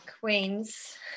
queens